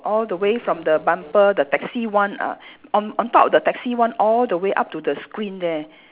all the way from the bumper the taxi one uh on on top of the taxi one all the way up to the screen there